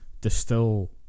distill